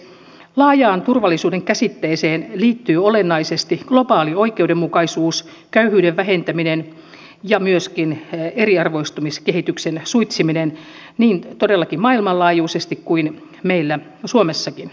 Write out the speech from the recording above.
laajaan turvallisuuden käsitteeseen liittyy olennaisesti globaali oikeudenmukaisuus köyhyyden vähentäminen ja myöskin eriarvoistumiskehityksen suitsiminen niin todellakin maailmanlaajuisesti kuin meillä suomessakin